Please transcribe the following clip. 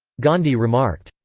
gandhi remarked,